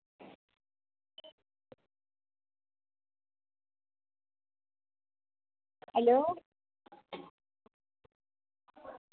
hello